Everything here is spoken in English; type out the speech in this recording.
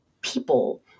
people